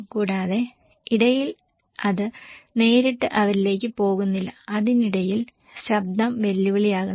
കൂടാതെ ഇടയിൽ അത് നേരിട്ട് അവരിലേക്ക് പോകുന്നില്ല അതിനിടയിലാണ് ശബ്ദം വെല്ലുവിളിയാകുന്നത്